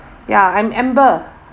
ya I'm amber